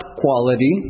quality